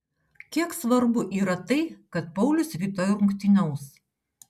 kiek svarbu yra tai kad paulius rytoj rungtyniaus